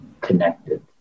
connected